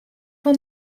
van